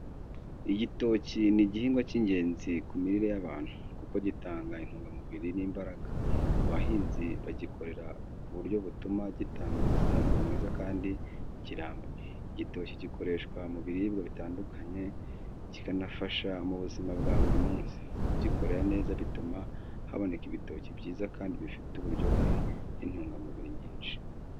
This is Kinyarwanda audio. Igitoki ni igihingwa cy’ingenzi ku mirire y’abantu, kuko gitanga intungamubiri n’imbaraga. Abahinzi bagikorera ku buryo butuma gitanga umusaruro mwiza kandi kiramba. Igitoki gikoreshwa mu biribwa bitandukanye, kikanafasha mu buzima bwa buri munsi. Kugikorera neza bituma haboneka ibitoki byiza kandi bifite uburyohe n’intungamubiri nyinshi.